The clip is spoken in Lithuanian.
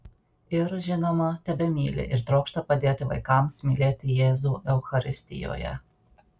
ir žinoma tebemyli ir trokšta padėti vaikams mylėti jėzų eucharistijoje